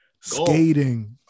skating